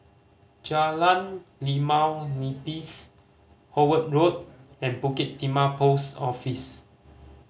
Jalan Limau Nipis Howard Road and Bukit Timah Post Office